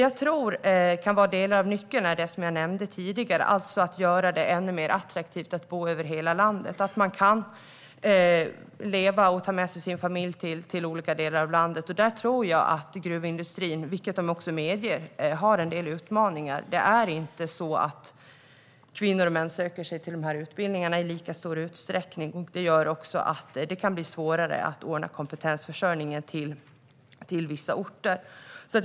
Jag tror att delar av nyckeln kan vara det som jag nämnde tidigare, alltså att göra det ännu mer attraktivt att bo över hela landet, att visa att man kan leva i och ta med sig sin familj till olika delar av landet. Där tror jag att gruvindustrin, vilket de också medger, har en del utmaningar. Kvinnor och män söker sig inte till de utbildningarna i lika stor utsträckning. Det leder också till att det kan bli svårare att ordna kompetensförsörjningen på vissa orter.